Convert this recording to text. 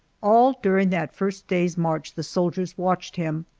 all during that first day's march the soldiers watched him.